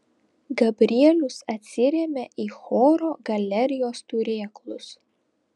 gabrielius atsirėmė į choro galerijos turėklus